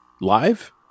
live